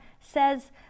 says